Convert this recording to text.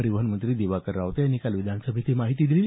परिवहनमंत्री दिवाकर रावते यांनी काल विधानसभेत ही माहिती दिली